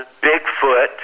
Bigfoot